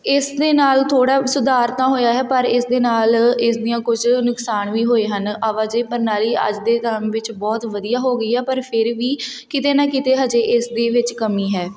ਇਸ ਦੇ ਨਾਲ ਥੋੜ੍ਹਾ ਸੁਧਾਰ ਤਾਂ ਹੋਇਆ ਹੈ ਪਰ ਇਸ ਦੇ ਨਾਲ ਇਸ ਦੀਆਂ ਕੁਝ ਨੁਕਸਾਨ ਵੀ ਹੋਏ ਹਨ ਆਵਾਜਾਈ ਪ੍ਰਣਾਲੀ ਅੱਜ ਦੇ ਟੈਮ ਵਿੱਚ ਬਹੁਤ ਵਧੀਆ ਹੋ ਗਈ ਆ ਪਰ ਫਿਰ ਵੀ ਕਿਤੇ ਨਾ ਕਿਤੇ ਹਜੇ ਇਸ ਦੇ ਵਿੱਚ ਕਮੀ ਹੈ